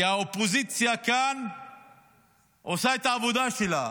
כי האופוזיציה כאן עושה את העבודה שלה,